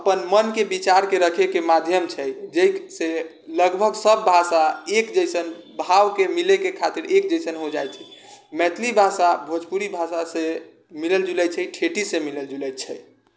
अपन मनके विचारके रखैके माध्यम छै जाहिसँ लगभग सब भाषा एक जैसन भावके मिलैके खातिर एक जैसन हो जाइ छै मैथिली भाषा भोजपुरी भाषासँ मिलै जुलै छै ठेठीसँ मिलै जुलै छै